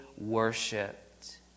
worshipped